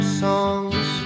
songs